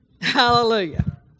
Hallelujah